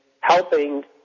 helping